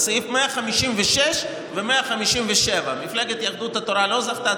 בסעיף 156 וסעיף 157. מפלגת יהדות התורה לא זכתה,